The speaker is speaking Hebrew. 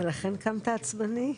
ולכן קמת עצבני?